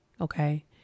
Okay